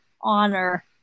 honor